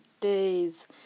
days